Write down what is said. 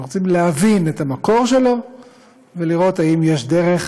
אנחנו רוצים להבין את המקור שלו ולראות אם יש דרך